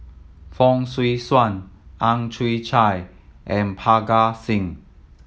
Fong Swee Suan Ang Chwee Chai and Parga Singh